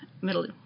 Middle